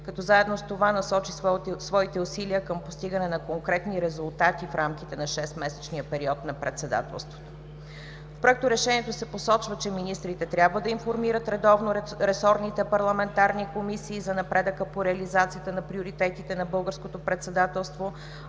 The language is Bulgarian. като заедно с това насочи своите усилия към постигане на конкретни резултати в рамките на шестмесечния период на Председателството. В Проекторешението се посочва, че министрите трябва да информират редовно ресорните парламентарни комисии за напредъка по реализацията на приоритетите на българското председателство,